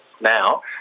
now